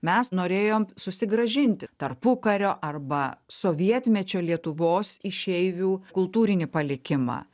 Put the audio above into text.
mes norėjom susigrąžinti tarpukario arba sovietmečio lietuvos išeivių kultūrinį palikimą